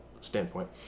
standpoint